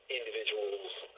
individuals